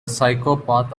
psychopath